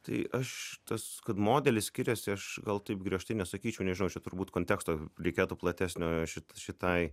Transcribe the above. tai aš tas kad modelis skiriasi aš gal taip griežtai nesakyčiau nežinau čia turbūt konteksto reikėtų platesnio šit šitai